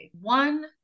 one